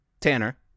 Tanner